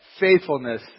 faithfulness